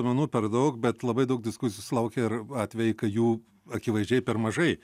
duomenų per daug bet labai daug diskusijų sulaukia ir atvejai kai jų akivaizdžiai per mažai